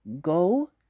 go